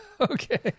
Okay